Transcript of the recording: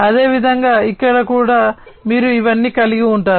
అదేవిధంగా ఇక్కడ కూడా మీరు ఇవన్నీ కలిగి ఉంటారు